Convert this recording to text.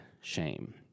shame